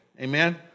amen